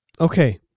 Okay